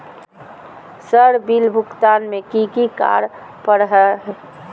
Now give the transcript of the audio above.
Sir bill भुगतान में की की कार्य पर हहै?